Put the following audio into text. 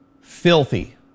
filthy